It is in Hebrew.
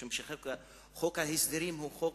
משום שחוק ההסדרים הוא חוק